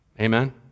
Amen